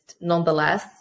Nonetheless